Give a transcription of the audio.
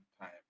time